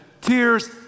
tears